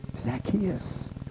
Zacchaeus